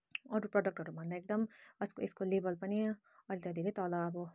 अरू प्रडक्टहरू भन्दा एकदम अजकल यसको लेभल पनि अहिले त धेरै तल अब